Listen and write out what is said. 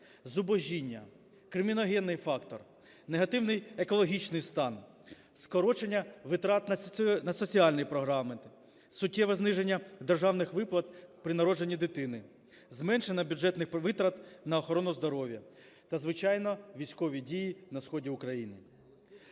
зубожіння, криміногенний фактор, негативний екологічний стан, скорочення витрат на соціальні програми, суттєве зниження державних виплат при народженні дитини, зменшення бюджетних витрат на охорону здоров'я та, звичайно, військові дії на сході України.